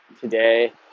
today